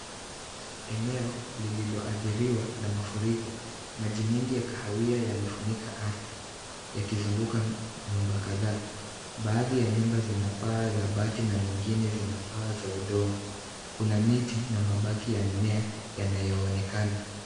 Eneo lililoathiriwa na mafuriko. Maji mingi ya kahawi yamefunika ardhi, yakizunguka nyumba kadhaa. Baadhi ya nyumba zina paa za bati na nyingine zina paa za udongo. Kuna miti na mabaki ya mimea yanayoonekana.